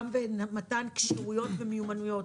גם במתן כשירויות ומיומנויות,